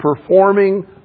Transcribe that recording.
performing